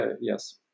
yes